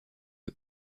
eux